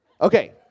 Okay